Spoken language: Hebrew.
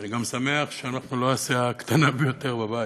ואני גם שמח שאנחנו לא הסיעה הקטנה ביותר בבית.